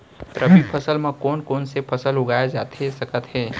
रबि फसल म कोन कोन से फसल उगाए जाथे सकत हे?